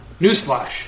newsflash